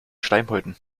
schleimhäuten